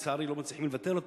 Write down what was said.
ולצערי לא מצליחים לבטל אותו,